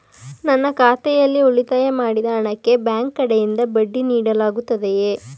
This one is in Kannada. ನನ್ನ ಖಾತೆಯಲ್ಲಿ ಉಳಿತಾಯ ಮಾಡಿದ ಹಣಕ್ಕೆ ಬ್ಯಾಂಕ್ ಕಡೆಯಿಂದ ಬಡ್ಡಿ ನೀಡಲಾಗುತ್ತದೆಯೇ?